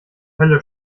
hölle